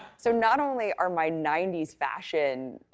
so not only are my ninety s fashion